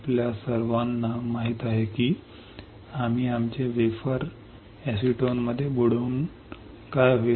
आपल्या सर्वांना माहित आहे की आम्ही आमचे वेफर एसीटोनमध्ये बुडवू काय होईल